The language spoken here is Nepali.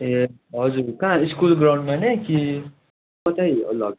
ए हजुर कहाँ स्कुल ग्राउन्डमा नै कि कतै लगेर